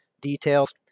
details